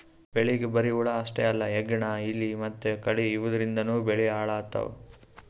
ಬೆಳಿಗ್ ಬರಿ ಹುಳ ಅಷ್ಟೇ ಅಲ್ಲ ಹೆಗ್ಗಣ, ಇಲಿ ಮತ್ತ್ ಕಳಿ ಇವದ್ರಿಂದನೂ ಬೆಳಿ ಹಾಳ್ ಆತವ್